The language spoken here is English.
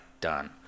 Done